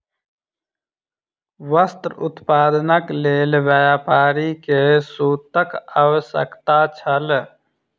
वस्त्र उत्पादनक लेल व्यापारी के सूतक आवश्यकता छल